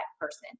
person